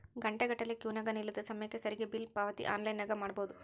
ಘಂಟೆಗಟ್ಟಲೆ ಕ್ಯೂನಗ ನಿಲ್ಲದೆ ಸಮಯಕ್ಕೆ ಸರಿಗಿ ಬಿಲ್ ಪಾವತಿ ಆನ್ಲೈನ್ನಾಗ ಮಾಡಬೊದು